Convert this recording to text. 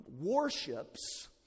warships